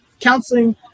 counseling